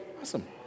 Awesome